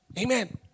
Amen